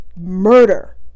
murder